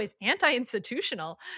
anti-institutional